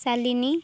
Salini